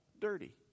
dirty